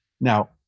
Now